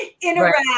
interact